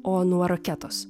o nuo raketos